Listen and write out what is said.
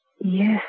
Yes